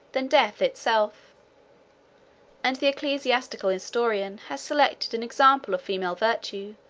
than death itself and the ecclesiastical historian has selected an example of female virtue,